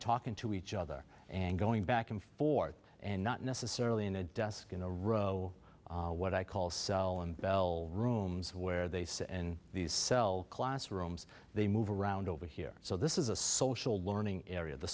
talking to each other and going back and forth and not necessarily in a desk in a row what i call cell and bell rooms where they sit in these cell classrooms they move around over here so this is a social learning area of the